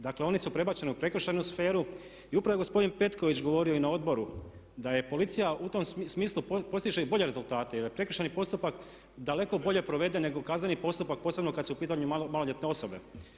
Dakle oni su prebačeni u prekršajnu sferu i upravo je gospodin Petković govorio i na odboru da je policija u tom smislu postiže i bolje rezultate jer prekršajni postupak daleko bolje provede nego kazneni postupak posebno kad su u pitanju maloljetne osobe.